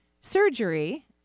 surgery